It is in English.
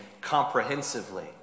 comprehensively